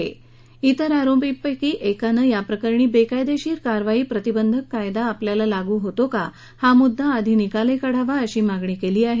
त्रिर आरोपींपैकी एकानं याप्रकरणी बेकायदेशीर कारवाई प्रतिबंधक कायदा लागू होतो का हा मुद्दा आधी निकाली काढावा अशी मागणी केली आहे